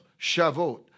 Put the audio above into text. Shavuot